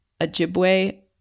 Ojibwe